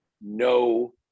No